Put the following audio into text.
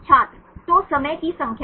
छात्र तो समय की संख्या